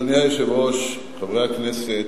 אדוני היושב-ראש, חברי הכנסת,